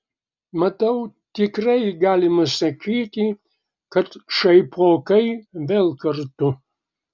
matau tikrai galima sakyti kad šaipokai vėl kartu